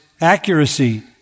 accuracy